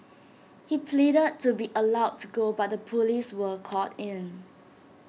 he pleaded to be allowed to go but the Police were called in